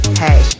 hey